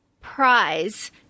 prize